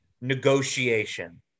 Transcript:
negotiation